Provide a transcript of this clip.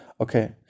Okay